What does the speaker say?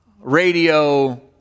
radio